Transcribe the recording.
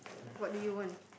what do you want